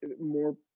more